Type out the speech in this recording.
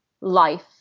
life